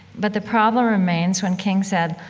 but the problem remains, when king said,